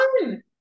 one